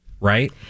right